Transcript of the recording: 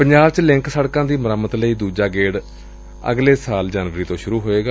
ਪੰਜਾਬ ਚ ਲਿੰਕ ਸੜਕਾ ਦੀ ਮੁਰੰਮਤ ਲਈ ਦੂਜਾ ਗੇੜ ਅਗਲੇ ਸਾਲ ਜਨਵਰੀ ਤੋ ਸੂਰੂ ਹੋਵੇਗਾ